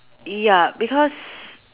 ya because